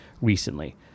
recently